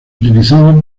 utilizado